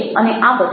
અને આ બધું